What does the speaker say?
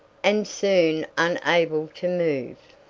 and soon unable to move.